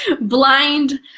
blind